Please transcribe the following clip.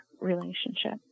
relationship